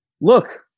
look